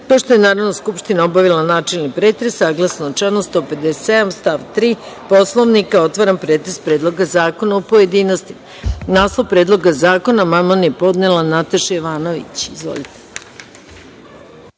je Narodna skupština obavila načelni pretres, saglasno članu 157. stav 3. Poslovnika, otvaram pretres Predloga zakona u pojedinostima. Na naslov Predloga zakona amandman je podnela Nataša Jovanović. Izvolite.